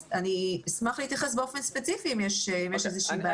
אז אני אשמח להתייחס באופן ספציפי אם יש איזה שהיא בעיה.